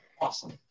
Awesome